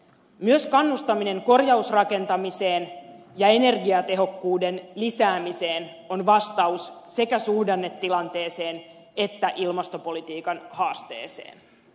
myös kannustaminen korjausrakentamiseen ja energiatehokkuuden lisäämiseen on vastaus sekä suhdannetilanteeseen että ilmastopolitiikan haasteeseen